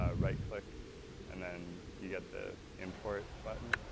ah right-click and then you get the import button.